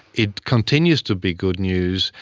it continues to be good news,